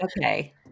okay